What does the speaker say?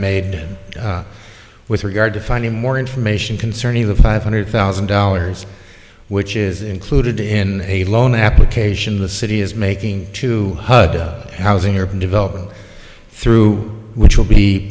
made with regard to finding more information concerning the five hundred thousand dollars which is included in a loan application the city is making to housing urban development through which will be